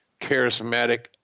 charismatic